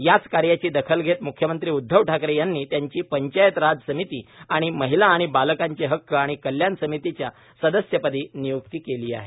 याच कार्याची दखल घेत मुख्यमंत्री उद्धव ठाकरे यांनी त्यांची पंचायतराज समिती आणि महिला आणि बालकांचे हक्क आणि कल्याण समितीच्या सदस्यपदी नियुक्ती केली आहे